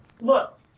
look